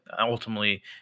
ultimately